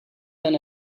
than